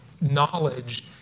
knowledge